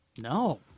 No